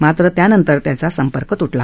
मात्र त्यांनतर त्याचा संपर्क तुटला